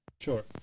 Sure